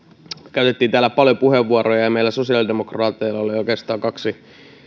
käytettiin täällä paljon puheenvuoroja ja meillä sosiaalidemokraateilla oli oikeastaan kaksi